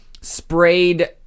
sprayed